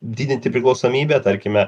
didinti priklausomybę tarkime